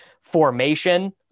formation